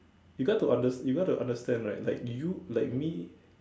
you got to under you got to understand right like you like me